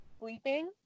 Sleeping